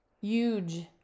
Huge